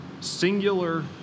singular